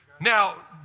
Now